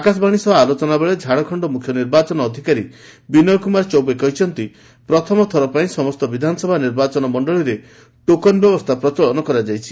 ଆକାଶବାଣୀ ସହ ଆଲୋଚନାବେଳେ ଝାଡ଼ଖଣ୍ଡ ମୁଖ୍ୟ ନିର୍ବାଚନ ଅଧିକାରୀ ବିନୟ କ୍ରମାର ଚୌବେ କହିଛନ୍ତି ପ୍ରଥମ ଥରପାଇଁ ସମସ୍ତ ବିଧାନସଭା ନିର୍ବାଚନ ମଷ୍ତଳୀରେ ଟୋକନ୍ ବ୍ୟବସ୍ଥା ପ୍ରଚଳନ କରାଯାଇଛି